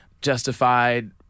Justified